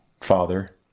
father